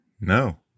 No